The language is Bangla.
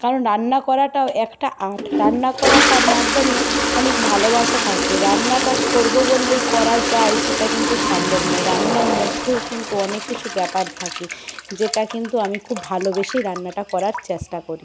কারণ রান্না করাটাও একটা আর্ট রান্না করাটার মাধ্যমে অনেক ভালোবাসা থাকে রান্নাটা করব বললেই করা যায় সেটা কিন্তু সম্ভব নয় রান্নার মধ্যও কিন্তু অনেক কিছু ব্যাপার থাকে যেটা কিন্তু আমি খুব ভালবেসেই রান্নাটা করার চেষ্টা করি